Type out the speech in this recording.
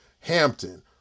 Hampton